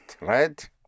right